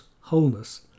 wholeness